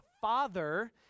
Father